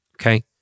okay